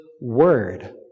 word